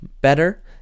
better